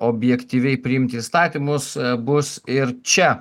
objektyviai priimti įstatymus bus ir čia